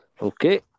Okay